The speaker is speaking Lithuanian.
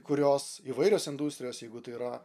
kurios įvairios industrijos jeigu tai yra